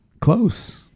Close